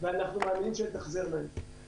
ואנחנו מאמינים שתחזרנה את זה.